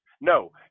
No